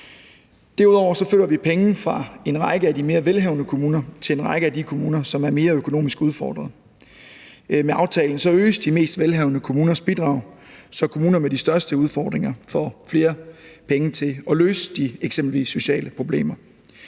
Derudover flytter vi penge fra en række af de mere velhavende kommuner til en række af de kommuner, som er mere økonomisk udfordrede. Med aftalen øges de mest velhavende kommuners bidrag, så kommuner med de største udfordringer får flere penge til at løse eksempelvis de sociale problemer.